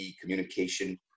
communication